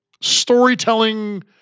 Storytelling